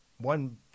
One